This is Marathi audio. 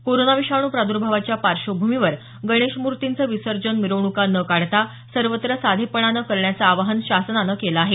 कोरोना विषाणू प्रादर्भावाच्या पार्श्वभूमीवर गणेशमूर्तींचं विसर्जन मिरवणूका न काढता सर्वत्र साधेपणाने करण्याचं आवाहन शासनानं केलं आहे